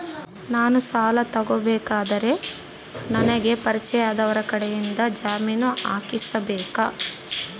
ನಾನು ಸಾಲ ತಗೋಬೇಕಾದರೆ ನನಗ ಪರಿಚಯದವರ ಕಡೆಯಿಂದ ಜಾಮೇನು ಹಾಕಿಸಬೇಕಾ?